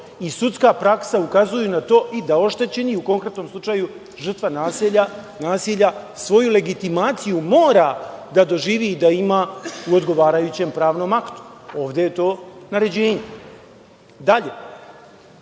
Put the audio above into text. i sudska praksa ukazuju na to i da oštećeni, u konkretnom slučaju žrtva nasilja, svoju legitimaciju mora da doživi i da ima u odgovarajućem pravnom aktu. Ovde je to naređenje. Dalje,